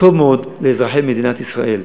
טוב מאוד לאזרחי מדינת ישראל,